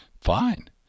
Fine